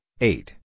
eight